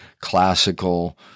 classical